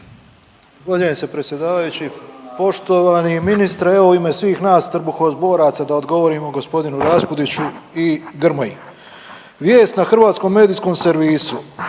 Zahvaljujem se predsjedavajući. Poštovani ministre evo u ime svih nas trbuhozboraca da odgovorimo gospodinu Rapudiću i Grmoji. Vijest na hrvatskom medijskom servisu